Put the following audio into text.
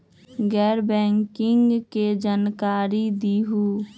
गैर बैंकिंग के जानकारी दिहूँ?